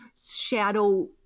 shadow